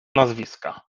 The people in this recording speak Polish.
nazwiska